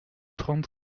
trente